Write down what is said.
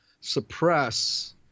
suppress